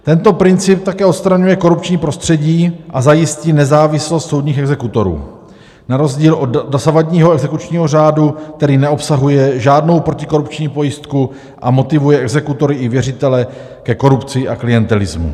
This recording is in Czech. Tento princip také odstraňuje korupční prostředí a zajistí nezávislost soudních exekutorů na rozdíl od dosavadního exekučního řádu, který neobsahuje žádnou protikorupční pojistku a motivuje exekutory i věřitele ke korupci a klientelismu.